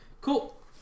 Cool